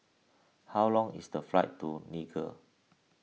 how long is the flight to Niger